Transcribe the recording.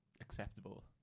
acceptable